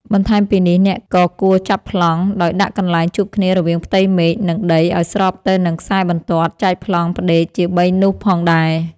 បន្ថែមពីនេះ អ្នកក៏គួរចាប់ប្លង់ ដោយដាក់កន្លែងជួបគ្នារវាងផ្ទៃមេឃ និងដីឱ្យស្របទៅនឹងខ្សែបន្ទាត់ចែកប្លង់ផ្ដេកជាបីនោះផងដែរ។